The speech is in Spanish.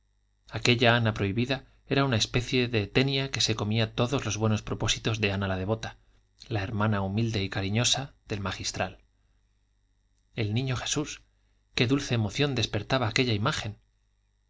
aquella ana prohibida era una especie de tenia que se comía todos los buenos propósitos de ana la devota la hermana humilde y cariñosa del magistral el niño jesús qué dulce emoción despertaba aquella imagen